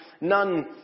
none